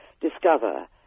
discover